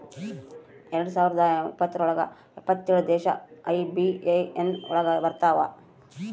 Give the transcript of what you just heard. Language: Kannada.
ಎರಡ್ ಸಾವಿರದ ಇಪ್ಪತ್ರೊಳಗ ಎಪ್ಪತ್ತೇಳು ದೇಶ ಐ.ಬಿ.ಎ.ಎನ್ ಒಳಗ ಬರತಾವ